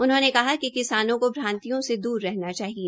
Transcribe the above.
उनहोंने कहा कि किसानों को भ्रांतियों से दूर रहना चाहिए